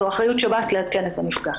זו אחריות שב"ס לעדכן את הנפגע.